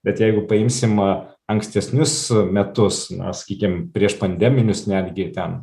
bet jeigu paimsim ankstesnius metus na sakykim prieš pandeminius netgi ten